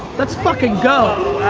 let's fucking go.